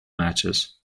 matches